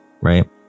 right